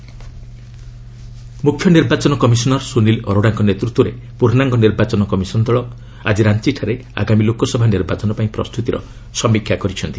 EC Ranchi ମୁଖ୍ୟ ନିର୍ବାଚନ commissioner Sunil ଅରୋଡାଙ୍କ ନେତୃତ୍ୱରେ ପୂର୍ଣ୍ଣାଙ୍ଗ ନିର୍ବାଚନ କମିଶନ ଦଳ ଆଜି ରାଞ୍ଚ୍ଚଠାରେ ଆଗାମୀ ଲୋକସଭା ନିର୍ବାଚନ ପାଇଁ ପ୍ରସ୍ତୁତିର ସମୀକ୍ଷା କରିଛନ୍ତି